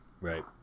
Right